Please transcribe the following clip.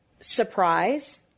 surprise